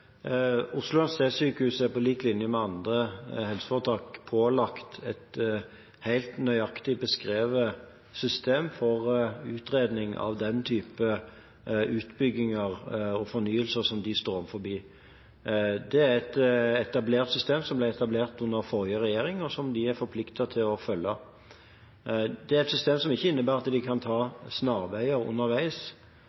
på lik linje med andre helseforetak pålagt et helt nøyaktig beskrevet system for utredning av den type utbygginger og fornyelser som de står overfor. Det er et etablert system, som ble etablert under forrige regjering, og som de er forpliktet til å følge. Det er et system som ikke innebærer at de kan ta snarveier underveis,